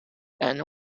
and